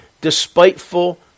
despiteful